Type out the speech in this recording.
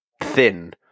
thin